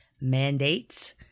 mandates